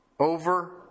over